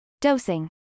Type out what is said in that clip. Dosing